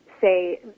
say